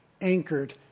anchored